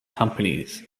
companies